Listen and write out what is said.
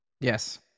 Yes